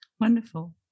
Wonderful